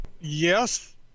Yes